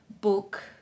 book